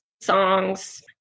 songs